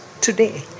today